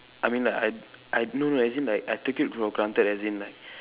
I mean like I I no no as in like I take it for granted as in like